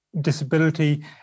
disability